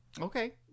Okay